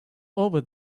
over